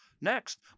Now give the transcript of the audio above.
next